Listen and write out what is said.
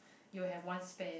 you'll have one spare